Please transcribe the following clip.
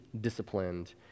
disciplined